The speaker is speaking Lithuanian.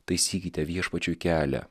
taisykite viešpačiui kelią